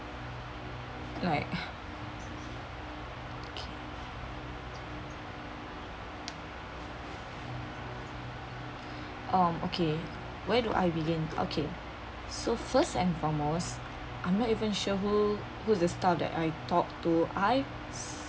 like okay um okay where do I begin okay so first and foremost I'm not even sure who who is the staff that I talked to I